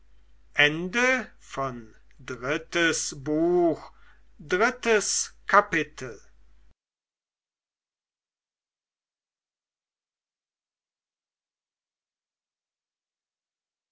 drittes buch erstes kapitel